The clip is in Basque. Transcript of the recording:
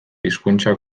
hizkuntza